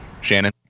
Shannon